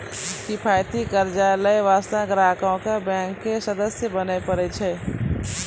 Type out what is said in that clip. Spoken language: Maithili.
किफायती कर्जा लै बास्ते ग्राहको क बैंक के सदस्य बने परै छै